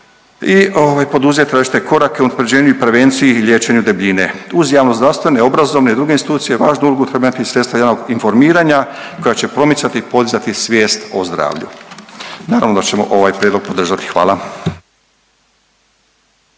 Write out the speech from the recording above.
poduzet različite korake u unaprjeđenju i prevenciji i liječenju debljine. Uz javnozdravstvene, obrazovne i druge institucije važnu ulogu trebaju imati sredstva javnog informiranja koja će promicati i podizati svijest o zdravlju. Naravno da ćemo ovaj prijedlog podržati, hvala.